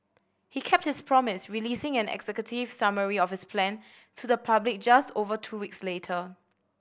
he kept his promise releasing an executive summary of his plan to the public just over two weeks later